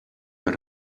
out